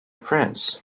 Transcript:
france